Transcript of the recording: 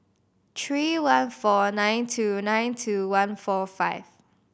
three one four nine two nine two one four five